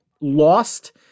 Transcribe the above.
lost